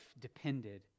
depended